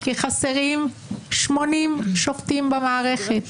כי חסרים 80 שופטים במערכת.